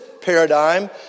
paradigm